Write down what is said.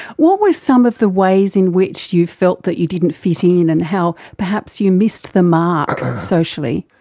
what were some of the ways in which you felt that you didn't fit in and how perhaps you missed the mark socially?